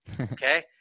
Okay